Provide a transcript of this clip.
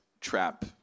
trap